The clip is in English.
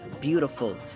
beautiful